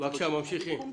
ממשיכים.